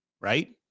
right